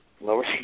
lower